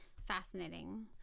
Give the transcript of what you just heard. fascinating